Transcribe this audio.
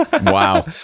Wow